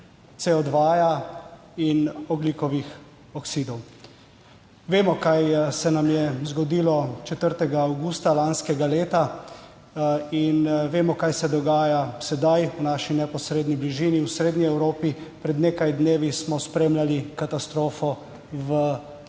CO2 in ogljikovih oksidov. Vemo kaj se nam je zgodilo 4. avgusta lanskega leta in vemo kaj se dogaja sedaj v naši neposredni bližini v srednji Evropi. Pred nekaj dnevi smo spremljali katastrofo v Bosni in